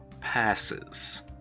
passes